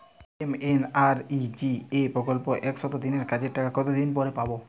MNREGA প্রকল্পে একশ দিনের কাজের টাকা কতদিন পরে পরে পাব?